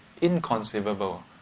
inconceivable